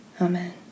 Amen